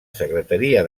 secretaria